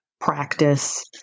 practice